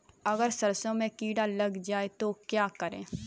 अगर सरसों में कीड़ा लग जाए तो क्या करें?